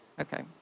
Okay